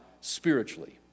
spiritually